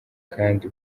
kandi